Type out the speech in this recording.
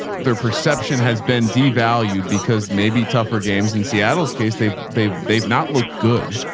their perception has been devalued because maybe tougher games in seattle's case. they've they've, they've not looked good.